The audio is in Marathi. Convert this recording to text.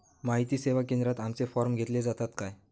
माहिती सेवा केंद्रात आमचे फॉर्म घेतले जातात काय?